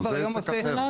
נו, זה עסק אחר.